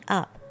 up